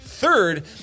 Third